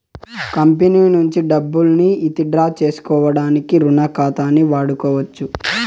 company నుంచి డబ్బుల్ని withdraw సేసుకోడానికి రుణ ఖాతాని వాడుకోవచ్చు